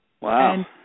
Wow